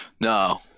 No